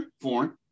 foreign